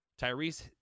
Tyrese